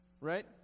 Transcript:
Right